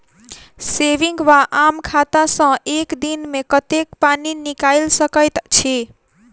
Saving वा आम खाता सँ एक दिनमे कतेक पानि निकाइल सकैत छी?